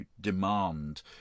demand